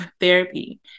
therapy